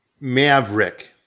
Maverick